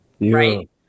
Right